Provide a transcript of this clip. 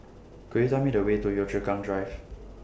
Could YOU Tell Me The Way to Yio Chu Kang Drive